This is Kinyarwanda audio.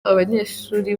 abanyeshuri